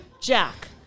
Jack